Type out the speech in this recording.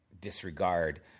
disregard